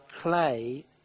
clay